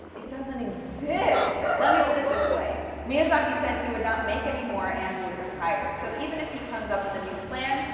it doesn't exist! let me put it this way miyazaki said he would not make any more and would retire. so even if he comes up with a new plan,